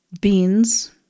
beans